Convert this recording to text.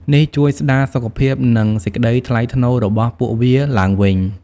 នេះជួយស្តារសុខភាព និងសេចក្ដីថ្លៃថ្នូររបស់ពួកវាឡើងវិញ។